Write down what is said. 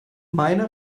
meine